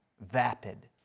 vapid